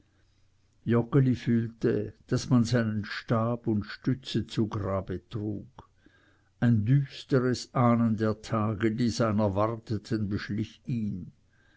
joggeli fühlte daß man seinen stab und stütze zu grabe trug ein düsteres ahnen der tage die seiner warteten beschlich ihn